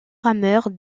rameurs